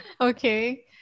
Okay